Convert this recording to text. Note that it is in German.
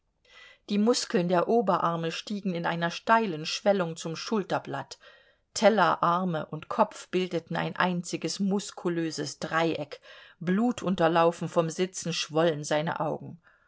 die muskeln der oberarme stiegen in einer steilen schwellung zum schulterblatt teller arme und kopf bildeten ein einziges muskulöses dreieck blutunterlaufen vom sitzen schwollen seine augen